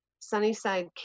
Sunnyside